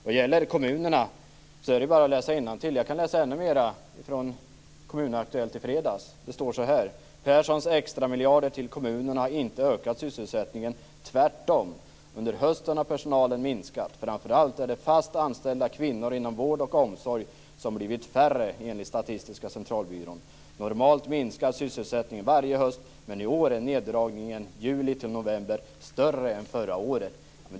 Vad gäller kommunerna är det bara att läsa innantill. Jag kan läsa ännu mer ur Kommun Aktuellt från i fredags. Det står: Perssons extra miljarder till kommunerna har inte ökat sysselsättningen. Det är tvärtom. Under hösten har personalen minskat. Framför allt är det fast anställda kvinnor inom vård och omsorg som har blivit färre enligt Statistiska centralbyrån. Normalt minskar sysselsättningen varje höst, men i år är nedgången från juni till november större än förra året.